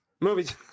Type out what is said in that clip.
Movies